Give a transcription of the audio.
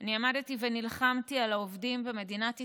אני עמדתי ונלחמתי על העובדים במדינת ישראל,